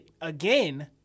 again